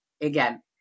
again